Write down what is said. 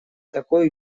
такой